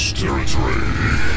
territory